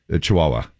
chihuahua